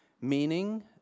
meaning